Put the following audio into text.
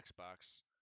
Xbox